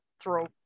throw